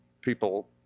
people